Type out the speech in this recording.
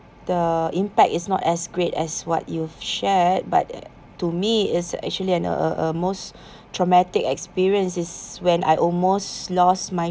the impact is not as great as what you've shared but to me is actually and uh uh most traumatic experience is when I almost lost my